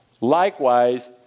Likewise